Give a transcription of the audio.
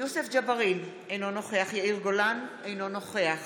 יוסף ג'בארין, אינו נוכח יאיר גולן, אינו נוכח